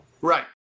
Right